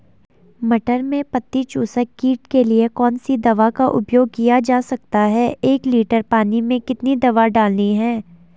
मटर में पत्ती चूसक कीट के लिए कौन सी दवा का उपयोग किया जा सकता है एक लीटर पानी में कितनी दवा डालनी है?